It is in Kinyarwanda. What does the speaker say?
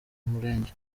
murenge